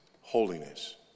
holiness